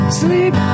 sleep